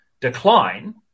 decline